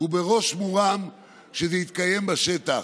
ובראש מורם כשזה יתקיים בשטח.